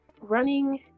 running